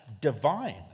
divine